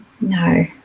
no